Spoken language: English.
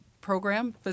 Program